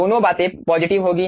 दोनों बातें पॉजिटिव होंगी